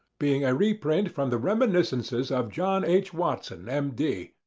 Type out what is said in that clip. being a reprint from the reminiscences of john h. watson, m d,